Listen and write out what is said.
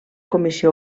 comissió